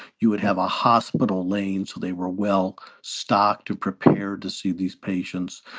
you would have a hospital lane. so they were well stocked to prepare to see these patients.